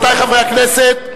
רבותי חברי הכנסת,